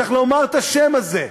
צריך לומר את השם הזה.